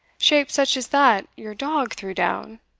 shaped such as that your dog threw down?